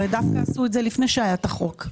הרי עשו את זה לפני שהיה את החוק.